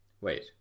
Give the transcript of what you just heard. Wait